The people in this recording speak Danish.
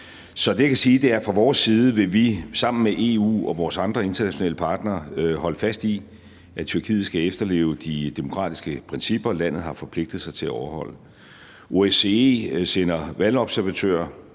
Så det, jeg kan sige, er, at vi fra vores side sammen med EU og vores andre internationale partnere vil holde fast i, at Tyrkiet skal efterleve de demokratiske principper, landet har forpligtet sig til at overholde. OSCE sender valgobservatører